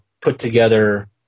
put-together –